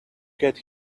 get